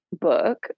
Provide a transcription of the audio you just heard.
book